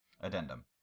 Addendum